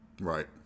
Right